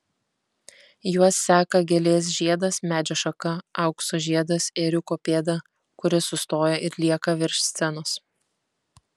juos seka gėlės žiedas medžio šaka aukso žiedas ėriuko pėda kuri sustoja ir lieka virš scenos